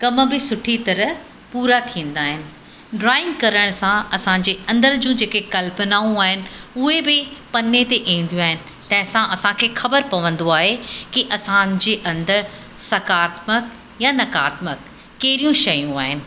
कम बि सुठी तरह पूरा थींदा आहिनि ड्रॉइंग करण सां असांजे अंदरि जूं जेके कल्पनाऊं आहिनि उहे बि पने ते ईंदियूं आहिनि तंहिं सां असांखे ख़बर पवंदो आहे कि असांजे अंदरि सकारत्मक या नकारत्मक कहिड़ियूं शयूं आहिनि